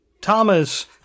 Thomas